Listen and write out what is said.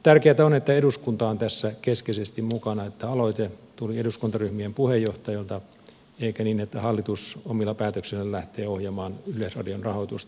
tärkeätä on että eduskunta on tässä keskeisesti mukana siten että aloite tuli eduskuntaryhmien puheenjohtajilta eikä niin että hallitus omilla päätöksillään lähtee ohjaamaan yleisradion rahoitusta